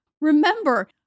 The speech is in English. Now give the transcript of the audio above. Remember